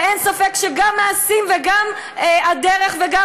ואין ספק שגם מעשים וגם הדרך וגם